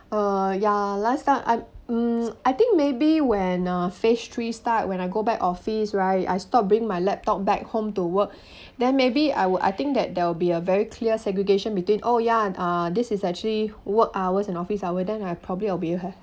uh ya lifestyle I mm I think maybe when uh phase three start when I go back office right I stop bring my laptop back home to work then maybe I would I think that there will be a very clear segregation between oh ya and uh this is actually work hours and office hour then I probably I'll be h~